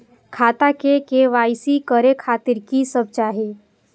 खाता के के.वाई.सी करे खातिर की सब चाही?